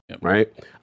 right